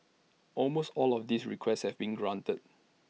almost all of these requests had been granted